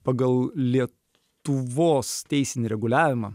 pagal lietuvos teisinį reguliavimą